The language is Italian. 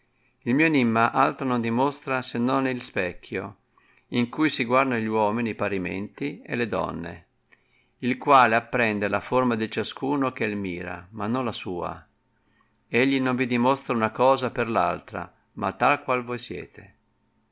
il mio enimma altro non dimostra se non il specchio in cui si guardano gli uomini parimenti e le donne il quale apprende la forma di ciascuno che mira ma non la sua egli non vi dimostra una cosa per l'altra ma tal qual voi siete